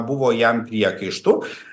buvo jam priekaištų